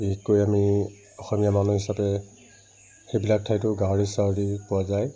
বিশেষকৈ আমি অসমীয়া মানুহ হিচাপে সেইবিলাক ঠাইতো গাহৰি চাহৰি পোৱা যায়